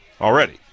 already